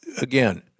again